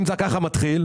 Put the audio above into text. אם אתה מתחיל ככה,